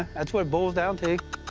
that's what it boils down to.